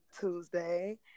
Tuesday